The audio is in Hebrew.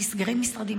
תסגרי משרדים,